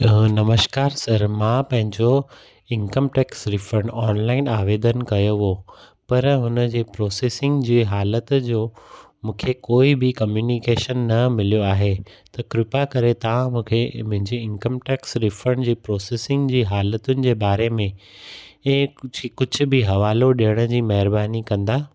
हा नमस्कार सर मां पंहिंजो इंकम टेक्स रिफ़ंड ऑनलाइन आवेदन कयो हो पर हुनजे प्रोसेसिंग जे हालत जो मूंखे कोई बि कंयूनिकेशन न मिलियो आहे त कृपा करे तव्हां मूंखे मुंहिंजी इंकम टेक्स रिफ़ंड जी प्रोसेसिंग जी हालतुनि जे बारे में हे कुझु कुझु बि हवालो ॾियण जी महिरबानी कंदा